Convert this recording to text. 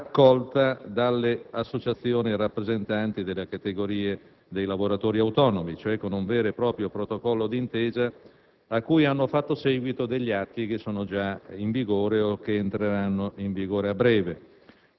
accolta dalle associazioni dei rappresentanti delle categorie dei lavoratori autonomi. Si tratta di un vero e proprio protocollo d'intesa, cui hanno fatto seguito atti già in vigore o che entreranno in vigore a breve,